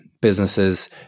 businesses